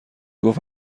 گفت